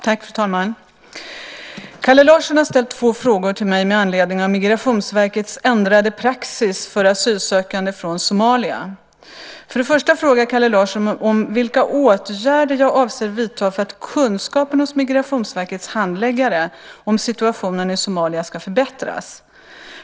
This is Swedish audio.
Fru talman! Kalle Larsson har ställt två frågor till mig med anledning av Migrationsverkets ändrade praxis för asylsökande från Somalia. För det första frågar Kalle Larsson vilka åtgärder jag avser att vidta för att kunskapen hos Migrationsverkets handläggare om situationen i Somalia ska förbättras.